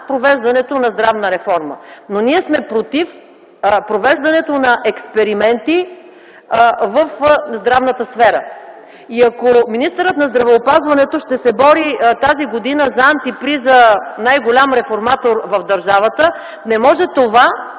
провеждането на здравна реформа, но ние сме против провеждането на експерименти в здравната сфера. Ако министърът на здравеопазването ще се бори тази година за антиприза „най-голям реформатор в държавата”, не може това